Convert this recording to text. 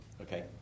Okay